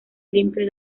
limpio